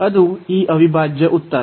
ಅದು ಈ ಅವಿಭಾಜ್ಯ ಉತ್ತರ